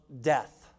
death